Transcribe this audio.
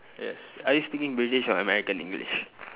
yes are you speaking british or american english